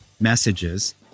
messages